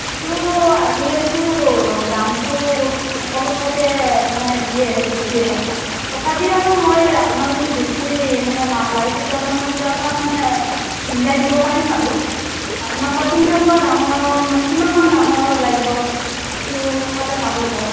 তো আজিকালিতো দামটো সকলো ঠাইতে মানে হেৰিয়ে বেছিয়ে তথাপি বাৰু মই আপোনাক যদি বেছি মানে মাল লাগে তেতিয়া হ'লে মই কিবা এটা মানে মিলাই দিব পাৰিম আৰু আপোনাক বা কেনেকুৱা দামৰ মানে কিমান মান দামৰ লাগিব সেইটো ক'লে ভাল হ'ল হয়